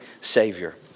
Savior